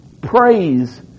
praise